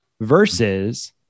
versus